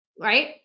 Right